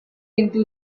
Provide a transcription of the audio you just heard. into